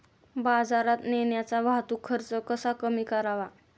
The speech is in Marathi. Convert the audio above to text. बाजारात नेण्याचा वाहतूक खर्च कसा कमी करावा?